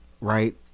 Right